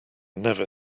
never